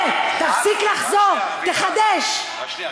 רק שנייה.